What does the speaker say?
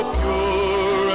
pure